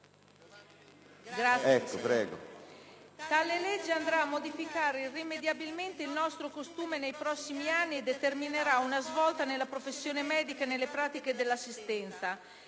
BIANCONI *(PdL)*. Tale legge andrà a modificare irrimediabilmente il nostro costume nei prossimi anni e determinerà una svolta nella professione medica e nelle pratiche dell'assistenza.